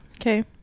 okay